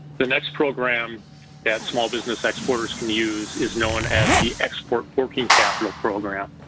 the next program that small business exporters can use is known as the export working capital program,